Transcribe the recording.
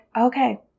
okay